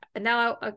now